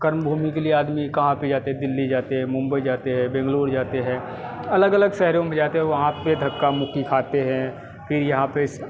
कर्मभूमि के लिए आदमी कहाँ पे जाते दिल्ली जाते हैं मुंबई जाते हैं बेंगलूर जाते हैं अलग अलग शहरों में जाते हैं वहाँ पे धक्का मुखी खाते हैं फिर यहाँ पे